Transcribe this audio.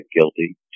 guilty